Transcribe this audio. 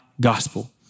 gospel